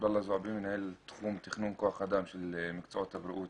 מנהל תחום תכנון כוח אדם למקצועות הבריאות